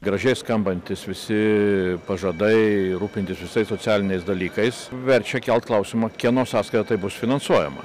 gražiai skambantys visi pažadai rūpintis visais socialiniais dalykais verčia kelt klausimą kieno sąskaita tai bus finansuojama